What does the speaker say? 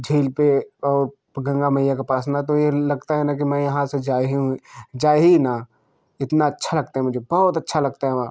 झील पर और गंगा मैया के पास ना तो यह लगता ना कि मैं यहाँ से जाएँ ही जाएँ ही ना इतना अच्छा लगता है मुझे बहुत अच्छा लगता है